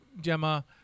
Gemma